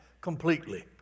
completely